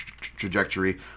trajectory